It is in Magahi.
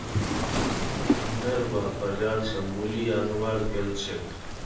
रोहनेर बाप बाजार स मूली अनवार गेल छेक